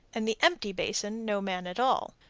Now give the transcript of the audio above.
and the empty basin no man at all.